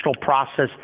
process